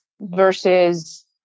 versus